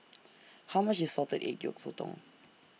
How much IS Salted Egg Yolk Sotong